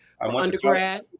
Undergrad